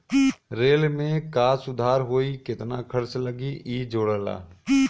rail में का सुधार होई केतना खर्चा लगी इ जोड़ला